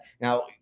Now